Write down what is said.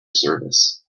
service